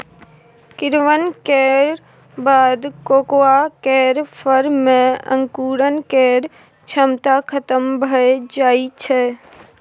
किण्वन केर बाद कोकोआ केर फर मे अंकुरण केर क्षमता खतम भए जाइ छै